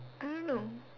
I don't know